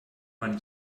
man